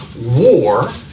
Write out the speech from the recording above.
war